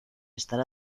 estar